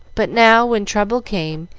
but now when trouble came,